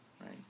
right